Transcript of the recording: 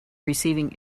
receiving